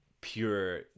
pure